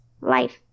life